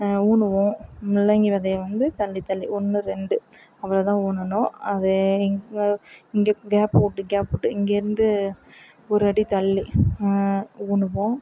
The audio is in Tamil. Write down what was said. ஊனுவோம் முள்ளங்கி விதைய வந்து தள்ளி தள்ளி ஒன்று ரெண்டு அவ்வளோ தான் ஊனணும் அது இங்கே இங்கே கேப் விட்டு கேப் விட்டு இங்கேயிருந்து ஒரடி தள்ளி ஊனுவோம்